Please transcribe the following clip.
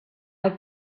have